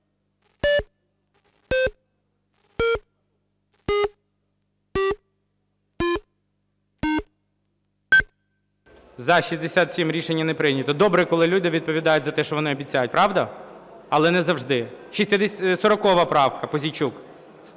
За-67 Рішення не прийнято. Добре, коли люди відповідають за те, що вони обіцяють, правда? Але не завжди. 40 правка, Пузійчук.